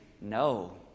No